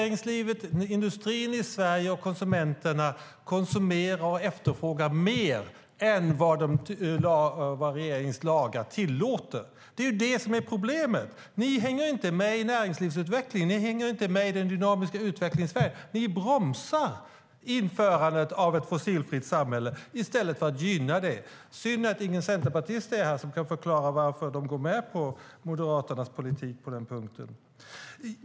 Industrin och konsumenterna i Sverige konsumerar och efterfrågar mer än vad regeringens lagar tillåter. Det är det som är problemet. Ni hänger inte med i näringslivsutvecklingen. Ni hänger inte med i den dynamiska utvecklingen i Sverige. Ni bromsar införandet av ett fossilfritt samhälle i stället för att gynna det. Synd att ingen centerpartist är här och kan förklara varför de går med på Moderaternas politik på den punkten.